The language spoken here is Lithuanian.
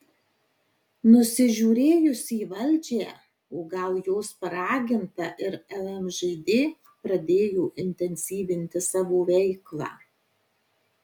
nusižiūrėjusi į valdžią o gal jos paraginta ir lmžd pradėjo intensyvinti savo veiklą